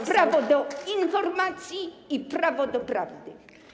O prawo do informacji i prawo do prawdy.